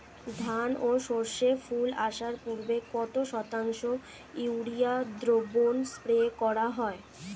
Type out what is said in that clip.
ধান ও সর্ষে ফুল আসার পূর্বে কত শতাংশ ইউরিয়া দ্রবণ স্প্রে করা হয়?